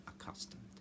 accustomed